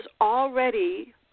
already